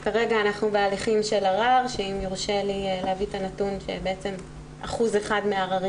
כרגע אנחנו בהליכים של ערר שאם יורשה לי להביא את הנתון שבעצם 1% מעררים